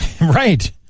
Right